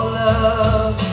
love